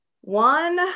One